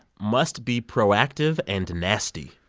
must be proactive and nasty.